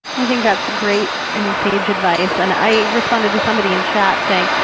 i think that's great and sage advice. and i responded to somebody in chat saying,